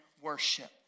worship